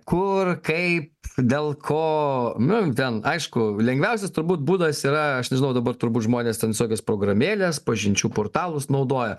kur kaip dėl ko nu ten aišku lengviausias turbūt būdas yra aš nežinau dabar turbūt žmonės ten visokias programėlės pažinčių portalus naudoja